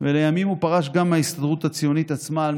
ולימים הוא פרש גם מההסתדרות הציונית עצמה על